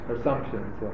Assumptions